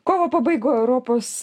kovo pabaigoj europos